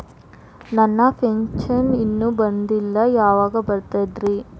ನನ್ನ ಪೆನ್ಶನ್ ಇನ್ನೂ ಬಂದಿಲ್ಲ ಯಾವಾಗ ಬರ್ತದ್ರಿ?